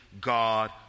God